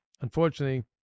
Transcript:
unfortunately